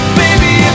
baby